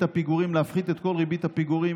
הפיגורים ולהפחית את כל ריבית הפיגורים.